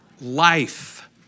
Life